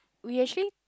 we actually